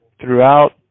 throughout